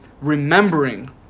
remembering